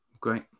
Great